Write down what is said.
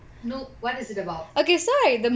no what is it about